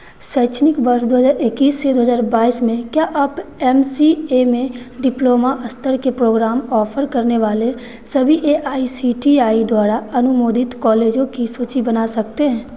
शैक्षणिक वर्ष दो हज़ार इक्कीस दो हज़ार बाईस में क्या आप एम सी ए में डिप्लोमा स्तर के प्रोग्राम आफर करने वाले सभी A I C T E द्वारा अनुमोदित कॉलेजों की सूचि बना सकते हैं